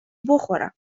بخورم